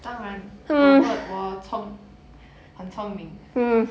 当然我聪很聪明